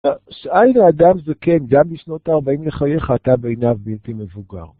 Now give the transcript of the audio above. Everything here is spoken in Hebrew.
שאל נא אדם זקן, גם בשנות הארבעים לחייך אתה בעיניו בלתי מבוגר